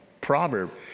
proverb